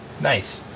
Nice